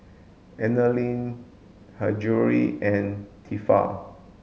Anlene Her Jewellery and Tefal